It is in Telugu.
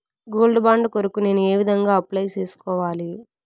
గోల్డ్ బాండు కొరకు నేను ఏ విధంగా అప్లై సేసుకోవాలి?